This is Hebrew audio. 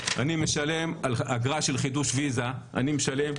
אני משלם על אגרה של חידוש ויזה 1200